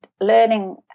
learning